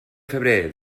febrer